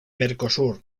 mercosur